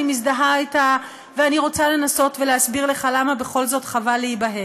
אני מזדהה אתה ואני רוצה לנסות ולהסביר לך למה בכל זאת חבל להיבהל.